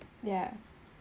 ya